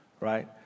right